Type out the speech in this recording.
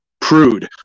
prude